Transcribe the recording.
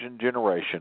generation